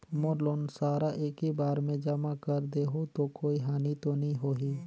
मोर loan सारा एकी बार मे जमा कर देहु तो कोई हानि तो नी होही?